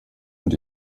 und